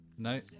No